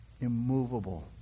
immovable